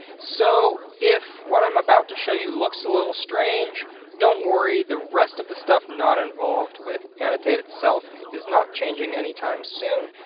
so if what i'm about to show you looks a little strange don't worry the rest of the stuff not involved with annotate itself is not changing any time soon,